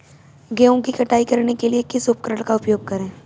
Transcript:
गेहूँ की कटाई करने के लिए किस उपकरण का उपयोग करें?